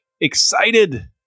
Excited